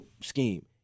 scheme